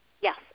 Yes